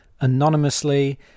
anonymously